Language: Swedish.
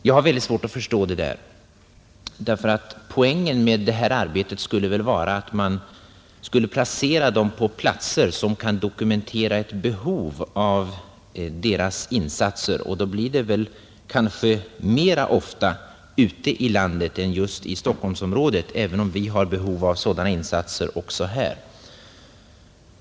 Jag har väldigt svårt att förstå detta, eftersom poängen med det här arbetet väl skulle vara att man kan placera vederbörande på platser som kan dokumentera ett behov av deras insatser, och då blir det kanske mera ofta arbete ute i landet än just i Stockholmsområdet, även om vi har behov av sådana insatser också här.